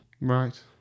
Right